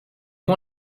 bon